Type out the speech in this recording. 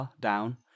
down